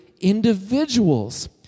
individuals